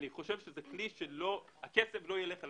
אני חושב שהכסף לא ילך אליהם,